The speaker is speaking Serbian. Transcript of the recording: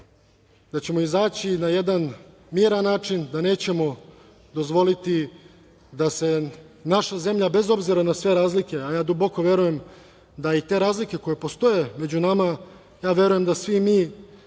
da ćemo izaći na jedan normalan način, da nećemo dozvoliti da se naša zemlja, bez obzira na sve razlike, a ja duboko verujem da i te razlike koje postoje među nama, ja verujem da svi mi